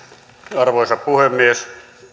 arvoisa puhemies